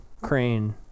crane